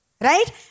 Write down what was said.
right